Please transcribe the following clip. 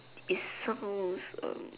it sounds